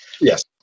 Yes